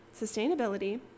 sustainability